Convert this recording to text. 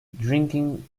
drinking